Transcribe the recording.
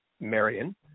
Marion